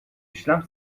işlem